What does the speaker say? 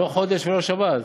לא חודש ולא שבת?